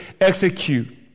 execute